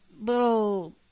little